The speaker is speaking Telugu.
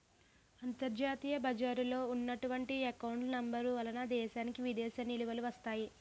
అంతర్జాతీయ బజారులో ఉన్నటువంటి ఎకౌంట్ నెంబర్ వలన దేశానికి విదేశీ నిలువలు వస్తాయి